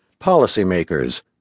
Policymakers